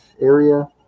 area